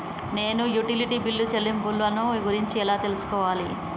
నేను utility bill చెల్లింపులను గురించి ఎలా తెలుసుకోవాలి?